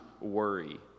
worry